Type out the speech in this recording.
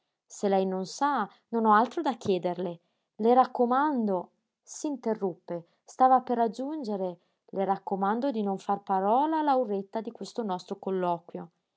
se lei non sa non ho altro da chiederle le raccomando s'interruppe stava per aggiungere le raccomando di non far parola a lauretta di questo nostro colloquio